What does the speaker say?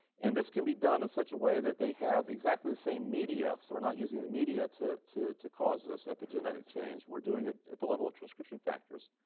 and this can be done in such a way that they have exactly the same media. so we're not using the media to to cause this epigenetic change. we're doing it at the level of transcription factors.